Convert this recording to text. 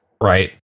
right